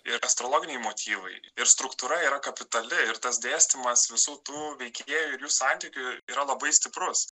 ir astrologiniai motyvai ir struktūra yra kapitali ir tas dėstymas visų tų veikėjų ir jų santykių yra labai stiprus